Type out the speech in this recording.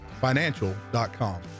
Financial.com